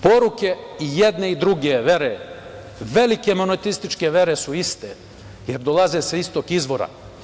Poruke i jedne druge vere, velike monoteističke vere su iste, jer dolaze sa istog izvora.